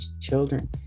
children